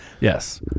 Yes